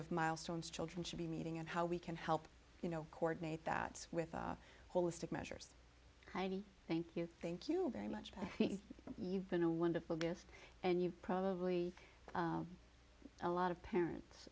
of milestones children should be meeting and how we can help you know coordinate that with holistic measures heidi thank you thank you very much but you've been a wonderful gift and you probably a lot of parents